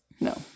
No